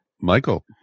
Michael